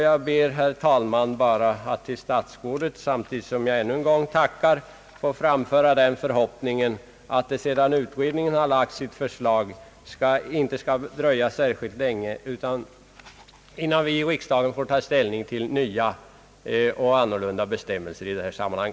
Jag ber, herr talman, bara att till statsrådet, samtidigt som jag ännu en gång tackar, få framföra den förhoppningen att det sedan utredningen lagt fram sitt förslag inte skall dröja särskilt länge förrän riksdagen får ta ställning till nya och annorlunda utformade bestämmelser i detta sammanhang.